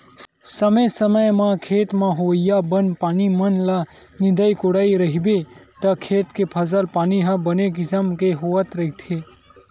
समे समे म खेत म होवइया बन पानी मन ल नींदत कोड़त रहिबे त खेत के फसल पानी ह बने किसम के होवत रहिथे